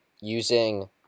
using